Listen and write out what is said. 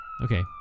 Okay